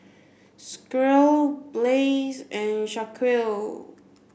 Squire Blaise and Shaquille